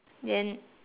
then